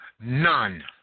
None